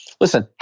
Listen